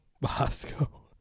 Bosco